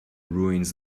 ruins